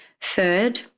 Third